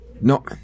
No